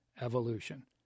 evolution